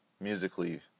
musically